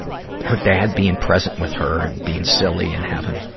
her dad being present with her and being silly and having,